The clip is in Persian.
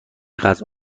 غذا